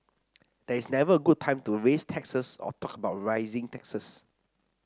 there is never a good time to raise taxes or talk about raising taxes